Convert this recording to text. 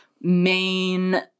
main